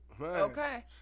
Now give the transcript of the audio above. Okay